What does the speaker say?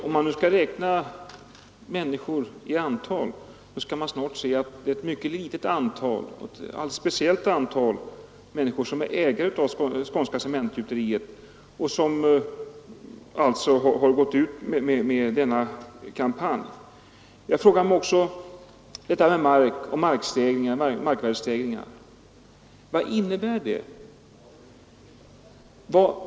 Om man skall räkna människor i antal, skall man snart finna att det är ett mycket litet antal — och en alldeles speciell grupp — människor som är ägare av Skånska Cementgjuteriet och som alltså har gått ut med denna kampanj. Jag frågar mig också vad markvärdestegringar innebär.